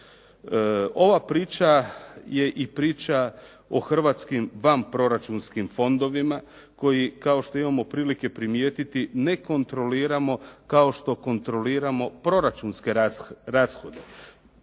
Ova priča je i priča o hrvatskim vanproračunskim fondovima koji, kao što imamo prilike primijetiti ne kontroliramo kao što kontroliramo proračunske rashode.